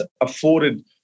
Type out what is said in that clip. afforded